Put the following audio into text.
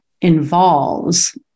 involves